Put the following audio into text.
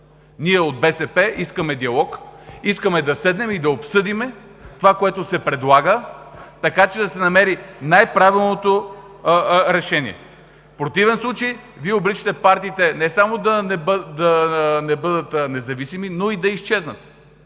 Ние от БСП искаме диалог, искаме да седнем и да обсъдим това, което се предлага, така че да се намери най-правилното решение. В противен случай Вие обричате партиите не само да не бъдат независими, но и да изчезнат.